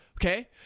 okay